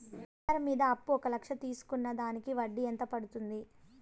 బంగారం మీద అప్పు ఒక లక్ష తీసుకున్న దానికి వడ్డీ ఎంత పడ్తుంది?